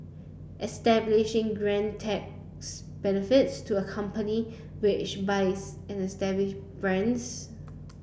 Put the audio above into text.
establishing grant tax benefits to a company which buys an establish brands